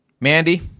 Mandy